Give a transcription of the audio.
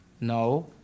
No